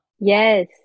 Yes